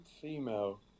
female